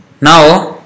Now